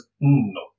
no